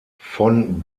von